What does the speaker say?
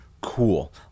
cool